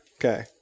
Okay